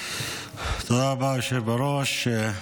תודה רבה, היושב בראש.